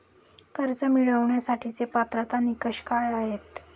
कर्ज मिळवण्यासाठीचे पात्रता निकष काय आहेत?